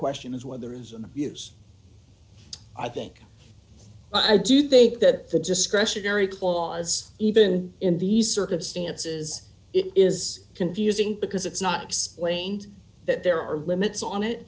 question is where there is an abuse i think but i do think that the discretionary clause even in these circumstances it is confusing because it's not explained that there are limits on it